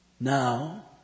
now